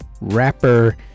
Rapper